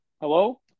Hello